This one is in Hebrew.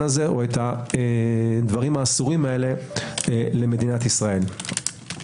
הזה או את הדברים האסורים הללו למדינת ישראל.